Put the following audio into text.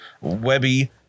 Webby